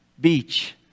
beach